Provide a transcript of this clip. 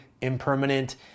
impermanent